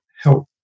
help